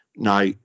Now